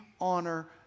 honor